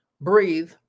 breathe